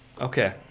Okay